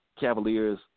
Cavaliers